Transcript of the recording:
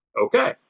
Okay